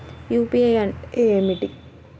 UPI అంటే ఏమిటీ?